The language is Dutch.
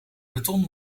beton